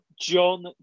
John